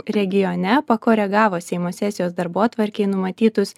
regione pakoregavo seimo sesijos darbotvarkėj numatytus